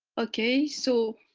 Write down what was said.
okay so,